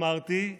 אמרתי,